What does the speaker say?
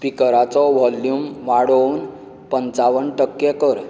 स्पिकराचो volume वाडोवन पंचावन्न टक्के कर